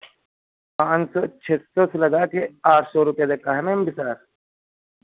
पाँच सौ छह सौ से लगा के आठ सौ रुपये तक का है मैम बिसार